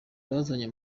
yazanye